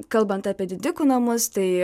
kalbant apie didikų namus tai